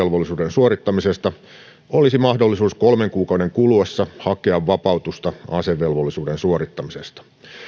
suorittamisesta olisi mahdollisuus kolmen kuukauden kuluessa hakea vapautusta asevelvollisuuden suorittamisesta